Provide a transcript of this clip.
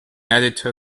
editor